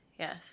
Yes